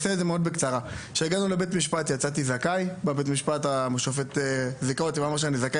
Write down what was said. מפרסמים ושמים כסף כי זה לא משתלם